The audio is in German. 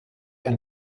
ein